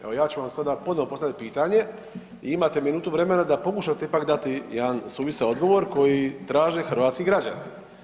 Evo ja ću vam sada ponovno postaviti pitanje, imate minutu vremena da pokušate ipak dati jedan suvisao odgovor koji traže hrvatski građani.